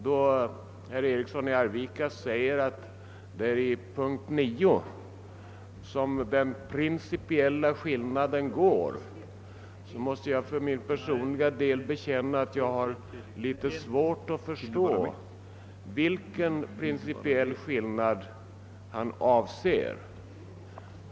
Då herr Eriksson i Arvika säger att det är i punkten 9 som den principiella skillnaden ligger måste jag för min personliga del bekänna, att jag har svårt att förstå vilken principiell skillnad han avser.